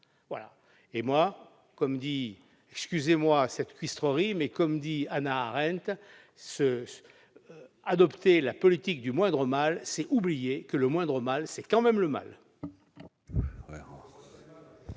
tout et n'importe quoi. Excusez-moi cette cuistrerie, mais, comme le dit Hannah Arendt, adopter la politique du moindre mal, c'est oublier que le moindre mal, c'est quand même le mal.